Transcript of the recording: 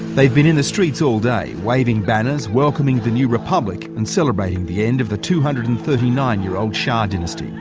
they've been in the streets all days, waving banners, welcoming the new republic and celebrating the end of the two hundred and thirty nine year old shah dynasty.